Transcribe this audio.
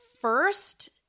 first